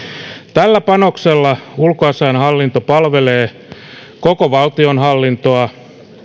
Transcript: tällä panoksella ulkoasiainhallinto palvelee koko valtionhallintoa